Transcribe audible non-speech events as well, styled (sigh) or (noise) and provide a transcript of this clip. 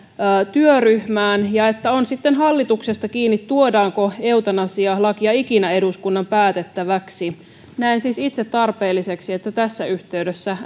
työryhmään ja että on sitten hallituksesta kiinni tuodaanko eutanasialakia ikinä eduskunnan päätettäväksi näen siis itse tarpeelliseksi että tässä yhteydessä (unintelligible)